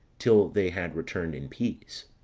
till they had returned in peace.